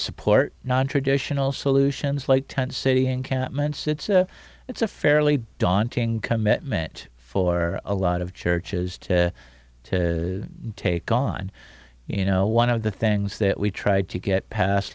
support nontraditional solutions like tent city encampments it's a fairly daunting commitment for a lot of churches to take on you know one of the things that we tried to get pas